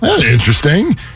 interesting